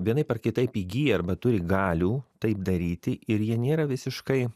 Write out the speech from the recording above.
vienaip ar kitaip įgyja arba turi galių taip daryti ir jie nėra visiškai